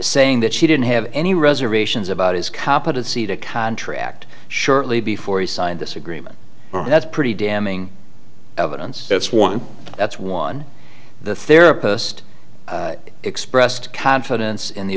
saying that she didn't have any reservations about his competency to contract shortly before he signed this agreement that's pretty damning evidence that's one that's one the therapist expressed confidence in the